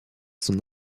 son